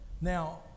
Now